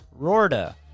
rorda